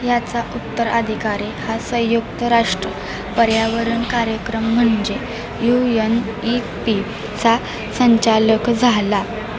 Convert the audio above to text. याचा उत्तराधिकारी हा संयुक्त राष्ट्र पर्यावरण कार्यक्रम म्हणजे यू यन ईपीचा संचालक झाला